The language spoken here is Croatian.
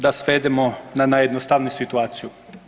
Da svedemo na najjednostavniju situaciju.